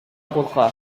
курка